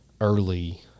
early